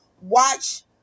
watch